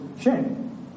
shame